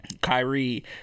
Kyrie